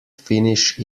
finish